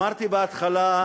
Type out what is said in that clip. אמרתי בהתחלה: